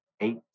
eight